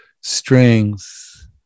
strength